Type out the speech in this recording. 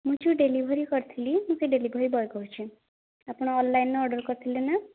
ମୁଁ ଯେଉଁ ଡେଲିଭରି କରିଥିଲି ସେହି ଡେଲିଭରି ବୟ କହୁଛି ଆପଣ ଅନଲାଇନ୍ ରେ ଅର୍ଡର୍ କରିଥିଲେ ନା